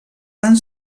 van